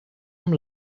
amb